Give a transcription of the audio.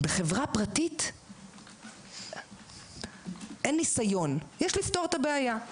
בחברה פרטית אין ניסיון, יש לפתור את הבעיה.